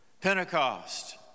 Pentecost